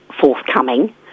forthcoming